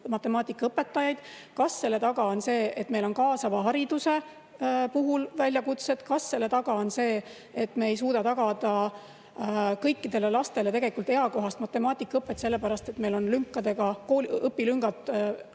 Kas selle taga on see, et meil on kaasava hariduse puhul väljakutsed? Kas selle taga on see, et me ei suuda tagada kõikidele lastele tegelikult eakohast matemaatikaõpet, sellepärast et meil on olnud õpilüngad seoses